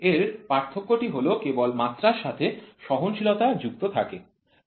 এর পার্থক্যটি হল কেবল মাত্রার সাথে সহনশীলতা যুক্ত থাকে ঠিক আছে